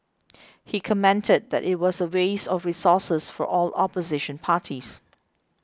he commented that it was a waste of resources for all opposition parties